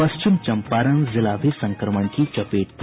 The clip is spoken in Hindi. पश्चिम चंपारण जिला भी संक्रमण की चपेट में